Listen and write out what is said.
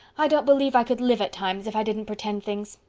i don't believe i could live at times if i didn't pretend things.